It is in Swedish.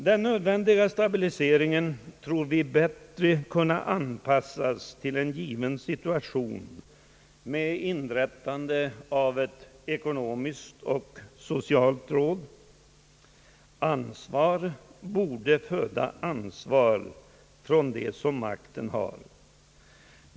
Den nödvändiga stabiliseringen tror vi kan bättre anpassas till en given situation med inrättande av ett ekonomiskt och socialt råd. Ansvar borde föda ansvar hos dem som makten har.